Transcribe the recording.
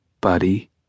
Buddy